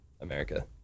America